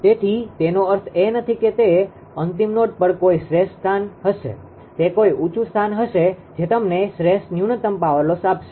તેથી તેનો અર્થ એ નથી કે અંતિમ નોડ પર કોઈ શ્રેષ્ઠ સ્થાન હશે તે કોઈ ઊચુ સ્થાન હશે જે તમને શ્રેષ્ઠ ન્યુનતમ પાવર લોસ આપશે